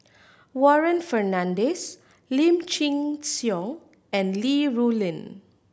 Warren Fernandez Lim Chin Siong and Li Rulin